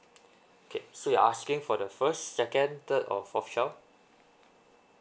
okay so you're asking for the first second third or fourth child